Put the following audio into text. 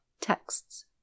texts